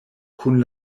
kun